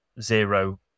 zero